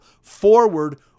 forward